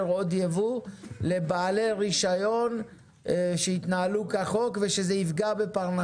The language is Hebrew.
עוד יבוא לבעלי רישיון שהתנהלו כחוק ושזה יפגע בפרנסתם.